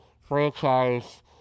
franchise